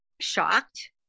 shocked